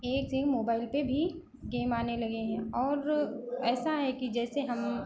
एक से एक मोबाइल पर भी गेम आने लगे हैं और ऐसा है कि जैसे हम